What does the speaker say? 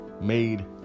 made